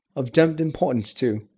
of demmed importance, too.